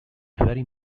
very